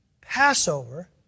Passover